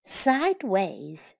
sideways